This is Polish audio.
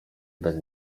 bez